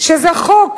חוק